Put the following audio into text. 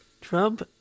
Trump